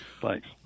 Thanks